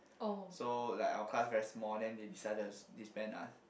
so like our class very small then they decided to disband us